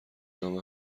نام